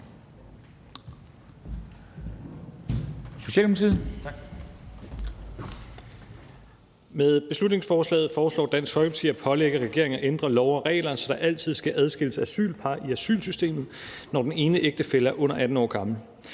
Med beslutningsforslaget foreslår Dansk Folkeparti at pålægge regeringen at ændre love og regler, så der altid sker adskillelse af asylpar i asylsystemet, når den ene ægtefælle er under 18 år gammel.